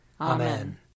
Amen